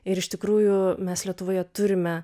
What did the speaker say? ir iš tikrųjų mes lietuvoje turime